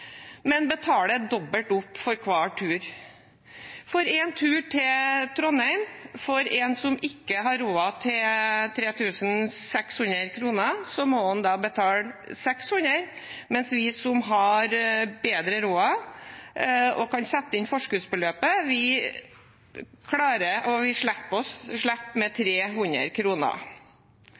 men betaler dobbelt opp for hver tur. En som ikke har råd til 3 600 kr, må betale 600 kr for en tur til Trondheim, mens vi som har bedre råd og kan sette inn forskuddsbeløpet,